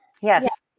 yes